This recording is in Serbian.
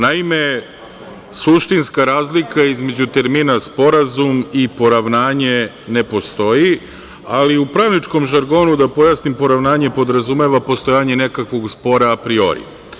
Naime, suštinska razlika između termina sporazum i poravnanje ne postoji, ali u pravničkom žargonu, da pojasnim, poravnanje podrazumeva postojanje nekakvog spora apriori.